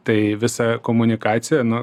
tai visa komunikacija nu